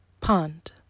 Pond